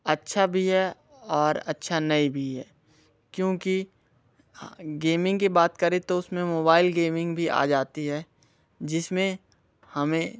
अच्छा भी है और अच्छा नहीं भी है क्योंकि गेमिंग की बात करें तो उस में मोबाइल गेमिंग भी आ जाती है जिस में हमें